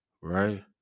right